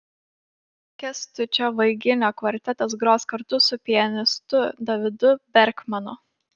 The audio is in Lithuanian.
kęstučio vaiginio kvartetas gros kartu su pianistu davidu berkmanu